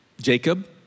Jacob